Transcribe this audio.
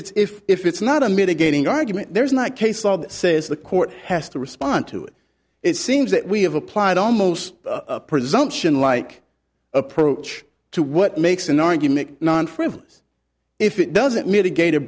it's if if it's not a mitigating argument there's not case law that says the court has to respond to it it seems that we have applied almost a presumption like approach to what makes an argument non frivolous if it doesn't mitigate